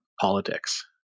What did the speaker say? politics